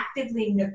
actively